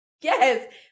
Yes